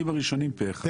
9,